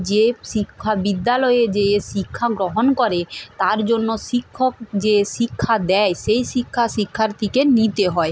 যে শিক্ষা বিদ্যালয়ে যেয়ে শিক্ষা গ্রহণ করে তার জন্য শিক্ষক যে শিক্ষা দেয় সেই শিক্ষা শিক্ষার্থীকে নিতে হয়